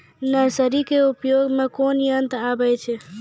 Nursery के उपयोग मे कोन यंत्र आबै छै?